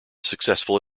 successful